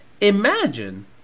Imagine